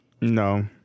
No